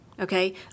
okay